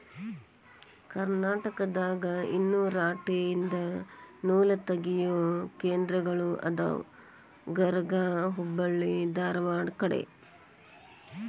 ಕರ್ನಾಟಕದಾಗ ಇನ್ನು ರಾಟಿ ಯಿಂದ ನೂಲತಗಿಯು ಕೇಂದ್ರಗಳ ಅದಾವ ಗರಗಾ ಹೆಬ್ಬಳ್ಳಿ ಧಾರವಾಡ ಕಡೆ